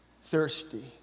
Thirsty